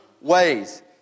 ways